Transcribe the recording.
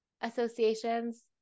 associations